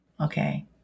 Okay